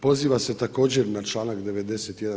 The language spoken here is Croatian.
Poziva se također na članak 91.